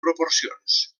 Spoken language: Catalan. proporcions